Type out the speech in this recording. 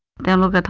demo but